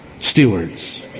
stewards